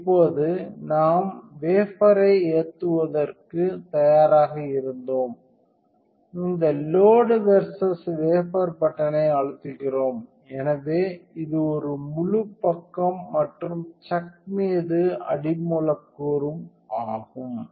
இப்போது நாம் வேஃப்பரை ஏற்றுவதற்கு தயாராக இருந்தோம் இந்த லோட் வெர்சஸ் வேபர் பட்டனை அழுத்துகிறோம் எனவே இது ஒரு முழு பக்கம் மற்றும் சக் மீது அடி மூலக்கூறும் ஆகும்